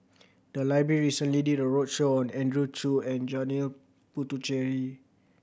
the library recently did a roadshow on Andrew Chew and Janil Puthucheary